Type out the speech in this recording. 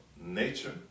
nature